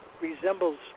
resembles